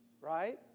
right